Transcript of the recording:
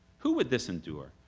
who would this endure,